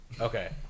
okay